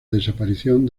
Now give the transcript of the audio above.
desaparición